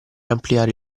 ampliare